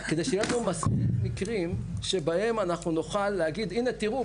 כדי שיהיו לנו מספיק מקרים שבהם אנחנו נוכל להגיד הנה תראו,